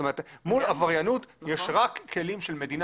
מול עבריינות יש רק כלים של מדינה